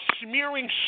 smearing